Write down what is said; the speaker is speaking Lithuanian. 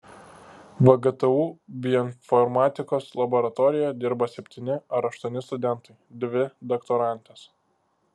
vgtu bioinformatikos laboratorijoje dirba septyni ar aštuoni studentai dvi doktorantės